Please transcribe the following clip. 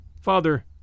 father